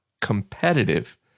competitive